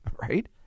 right